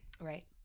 Right